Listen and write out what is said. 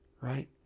right